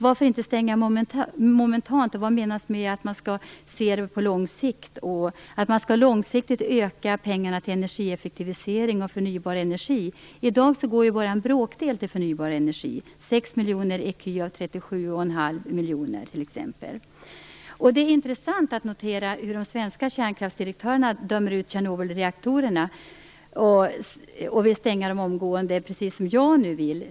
Varför inte stänga momentant? Vad menas med att man skall se detta på lång sikt, och långsiktigt öka summan pengar till energieffektivisering och förnybar energi? I dag går bara en bråkdel av pengarna till förnybar energi, närmare bestämt 6 miljoner ecu av 37,5 miljoner. Det är intressant att notera hur de svenska kärnkraftsdirektörerna dömer ut Tjernobylreaktorerna, och vill stänga dem omgående precis som jag vill.